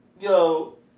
Yo